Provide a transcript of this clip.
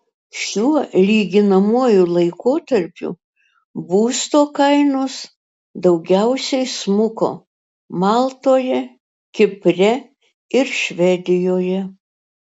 šiuo lyginamuoju laikotarpiu būsto kainos daugiausiai smuko maltoje kipre ir švedijoje